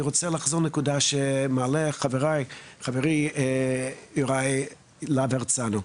אני רוצה לחזור לנקודה שמעלה חברי יוראי להב הרצנו,